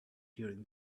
during